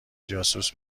جاسوس